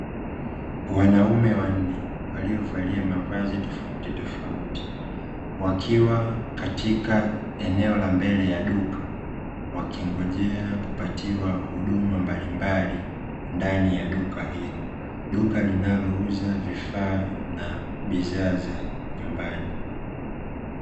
Wanaume wanne waliovalia mavazi tofauti tofauti wakiwa katika eneo la mbele ya duka wakingojea kupatiwa huduma mbalimbali ndani ya duka hilo, duka linalouza vifaa na bidhaa za nyumbani.